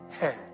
head